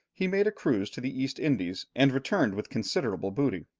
he made a cruise to the east indies and returned with considerable booty.